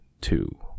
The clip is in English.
two